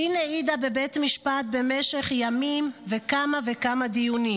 ש' העידה בבית משפט במשך ימים וכמה וכמה דיונים.